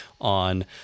on